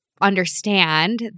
Understand